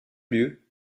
lieu